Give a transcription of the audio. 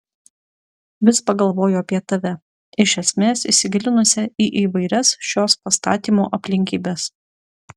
vis pagalvoju apie tave iš esmės įsigilinusią į įvairias šios pastatymo aplinkybes